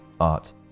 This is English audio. art